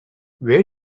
where